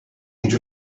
age